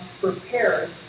prepared